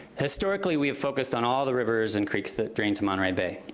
historically, we have focused on all the rivers and creeks that drain into monterey bay.